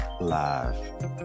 live